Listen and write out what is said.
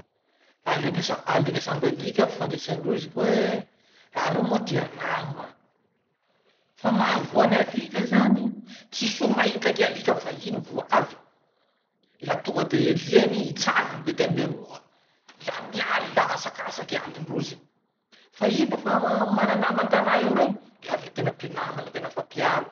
Alipa alika samby alika, fifandraisan-drozy koahy, raha reo moa tia nama. Fa mahavoan'alika zany, tsy soa mahita ky alika vahiny vo avy. La tonga de ialiny i, hitsaniny mbetia mberoa. La mialy la asakasaky alindrozy. Fa i lafa mana nama antanà eo regny, la le tena mpinama la tena fampiaro.